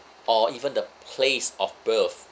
or even the place of birth